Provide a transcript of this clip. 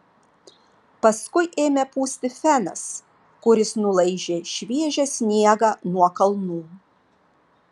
paskui ėmė pūsti fenas kuris nulaižė šviežią sniegą nuo kalnų